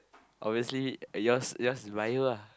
obviously yours yours liar